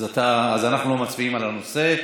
אז אנחנו לא מצביעים על הנושא.